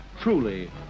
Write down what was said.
truly